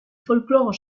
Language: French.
folklore